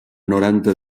noranta